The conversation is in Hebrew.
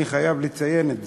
אני חייב לציין את זה,